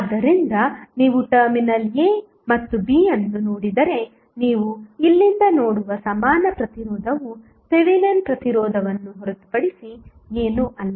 ಆದ್ದರಿಂದ ನೀವು terminal a ಮತ್ತು b ಯನ್ನು ನೋಡಿದರೆ ನೀವು ಇಲ್ಲಿಂದ ನೋಡುವ ಸಮಾನ ಪ್ರತಿರೋಧವು ಥೆವೆನಿನ್ ಪ್ರತಿರೋಧವನ್ನು ಹೊರತುಪಡಿಸಿ ಏನೂ ಅಲ್ಲ